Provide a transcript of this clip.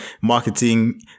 marketing